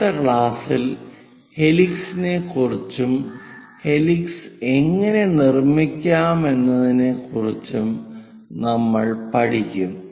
അടുത്ത ക്ലാസ്സിൽ ഹെലിക്സിനെക്കുറിച്ചും ഹെലിക്സ് എങ്ങനെ നിർമ്മിക്കാമെന്നതിനെക്കുറിച്ചും നമ്മൾ പഠിക്കും